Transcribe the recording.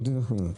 בושה וחרפה.